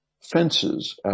Fences